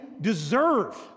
deserve